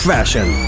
Fashion